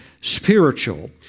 spiritual